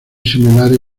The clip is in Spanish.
similares